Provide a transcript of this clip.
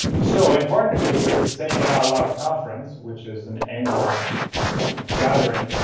so in partnership with saying it out loud conference, which is an annual gathering